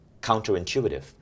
counterintuitive